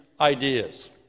ideas